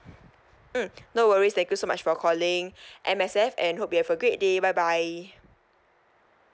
mm no worries thank you so much for calling M_S_F and hope you have a great day bye bye